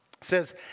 says